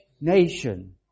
nation